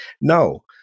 No